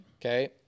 okay